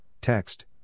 text